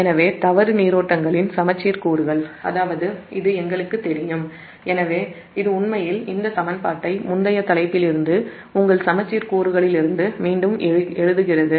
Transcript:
எனவே தவறு நீரோட்டங்களின் சமச்சீர் கூறுகள் அதாவது இது உங்களுக்குத் தெரியும் எனவே இது உண்மையில் இந்த சமன்பாட்டை முந்தைய தலைப்பிலிருந்து உங்கள் சமச்சீர் கூறுகளிலிருந்து மீண்டும் எழுதுகிறது